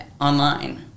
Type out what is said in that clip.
online